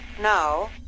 now